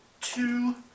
two